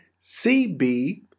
CB